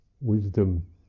wisdom